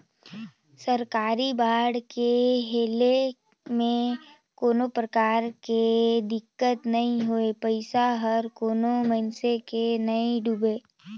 सरकारी बांड के लेहे में कोनो परकार के दिक्कत नई होए पइसा हर कोनो मइनसे के नइ डुबे